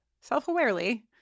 self-awarely